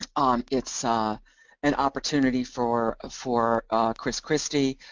um it's ah an opportunity, for for chris christie,